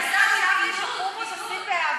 אבל למה זה הממשלה?